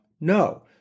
No